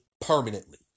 permanently